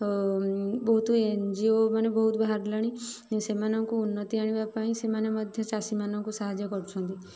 ବହୁତ N G O ମାନେ ବହୁତ ବାହାରିଲାଣି ସେମାନଙ୍କୁ ଉନ୍ନତି ଆଣିବା ପାଇଁ ସେମାନେ ମଧ୍ୟ ଚାଷୀମାନଙ୍କୁ ସାହାଯ୍ୟ କରୁଛନ୍ତି